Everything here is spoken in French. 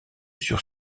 sur